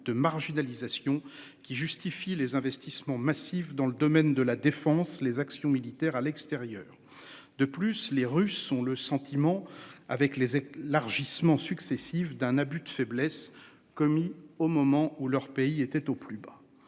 de marginalisation qui justifie les investissements massifs dans le domaine de la défense, les actions militaires à l'extérieur. De plus, les Russes ont le sentiment avec les larges Isman successives d'un abus de faiblesse commis au moment où leur pays était au plus bas.